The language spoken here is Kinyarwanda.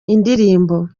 indirimbo